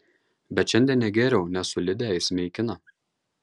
bet šiandien negėriau nes su lide eisime į kiną